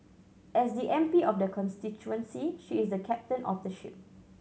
as the M P of the constituency she is the captain of the ship